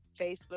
Facebook